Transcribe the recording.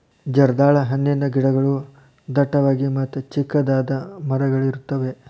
ಜರ್ದಾಳ ಹಣ್ಣಿನ ಗಿಡಗಳು ಡಟ್ಟವಾಗಿ ಮತ್ತ ಚಿಕ್ಕದಾದ ಮರಗಳಿರುತ್ತವೆ